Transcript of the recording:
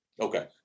Okay